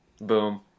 Boom